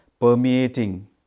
permeating